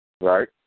Right